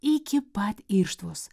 iki pat irštvos